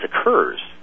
occurs